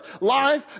life